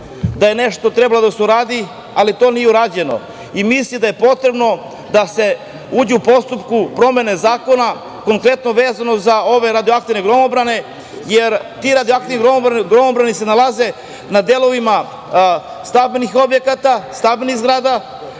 da je nešto trebalo da se uradi, ali to nije urađeno. Mislim da je potrebno da se uđe u postupak promene zakona, konkretno vezano za ove radioaktivne gromobrane, jer ti radioaktivni gromobrani se nalaze na delovima stambenih objekata, stambenih zgrada,